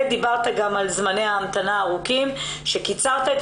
דיברת גם על זמני ההמתנה הארוכים שאותם קיצרת.